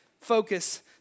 focus